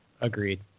Agreed